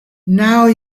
now